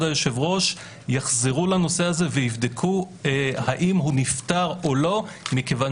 היושב ראש יחזרו לנושא הזה ויבדקו האם הוא נפתר או לא מכיוון